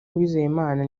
uwizeyimana